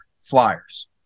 Flyers